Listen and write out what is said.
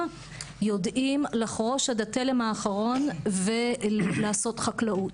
יודעים לחרוש עד התלם האחרון ולעשות חקלאות.